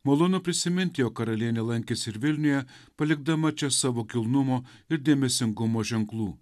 malonu prisiminti jog karalienė lankėsi ir vilniuje palikdama čia savo kilnumo ir dėmesingumo ženklų